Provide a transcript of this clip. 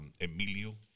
Emilio